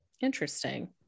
interesting